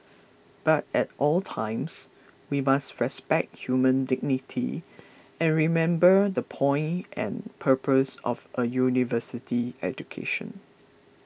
but at all times we must respect human dignity and remember the point and purpose of a university education